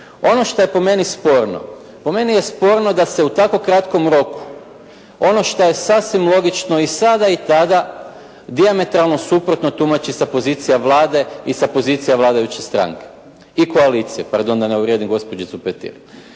Ono što je po meni sporno, po meni je sporno da se u tako kratkom roku ono što je sasvim logično i sada i tada dijametralno suprotno tumači sa pozicija Vlade i sa pozicija vladajuće stranke i koalicije pardon, da ne uvrijedim gospođicu Petir.